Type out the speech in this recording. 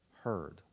heard